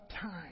time